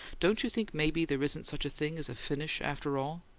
don't you think maybe there isn't such a thing as a finish, after all!